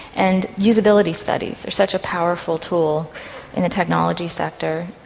and usability studies are such a powerful tool in the technology sector,